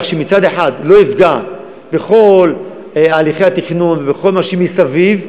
כך שמצד אחד זה לא יפגע בכל הליכי התכנון ובכל מה שמסביב,